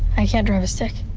i can't drive a stick.